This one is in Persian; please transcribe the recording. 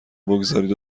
بگذارید